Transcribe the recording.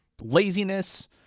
laziness